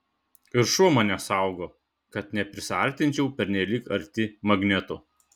ir šuo mane saugo kad neprisiartinčiau pernelyg arti magnetų